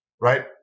right